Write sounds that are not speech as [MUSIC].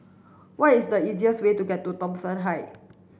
what is the easiest way to [UNINTELLIGIBLE] to Thomson Height